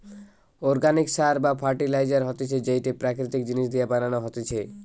organic সার বা fertiliser হতিছে যেইটো প্রাকৃতিক জিনিস দিয়া বানানো হতিছে